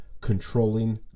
controlling